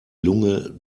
lunge